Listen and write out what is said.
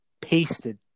pasted